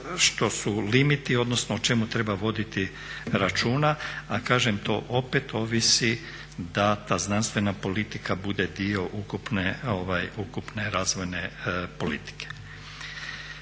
što su limiti odnosno o čemu treba voditi računa, a kažem to opet ovisi da ta znanstvena politika bude dio ukupne razvojne politike.